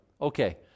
Okay